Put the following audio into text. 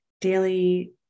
daily